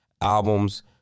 albums